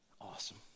Awesome